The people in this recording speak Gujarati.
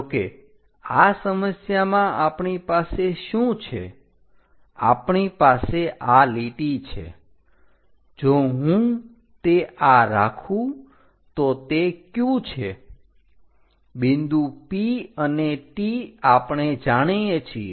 જોકે આ સમસ્યામાં આપણી પાસે શું છે આપણી પાસે આ લીટી છે જો હું તે આ રાખું તો તે Q છે બિંદુ P અને T આપણે જાણીએ છીએ